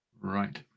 Right